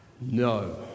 No